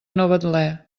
novetlè